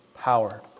power